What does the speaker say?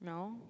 no